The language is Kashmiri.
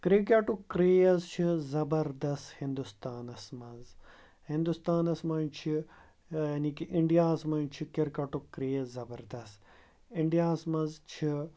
کِرٛکٮ۪ٹُک کرٛیز چھِ زبردَس ہِندُستانَس منٛز ہِندُستانَس منٛز چھِ یعنی کہِ اِنڈیاہَس منٛز چھِ کِرکَٹُک کرٛیز زبردَس اِنڈیاہَس منٛز چھِ